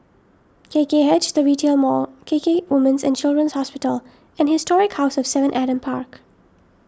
K K H the Retail Mall K K Women's and Children's Hospital and Historic House of Seven Adam Park